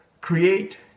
create